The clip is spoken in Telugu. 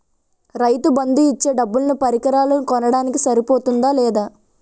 రైతు బందు ఇచ్చే డబ్బులు పరికరాలు కొనడానికి సరిపోతుందా లేదా?